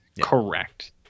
Correct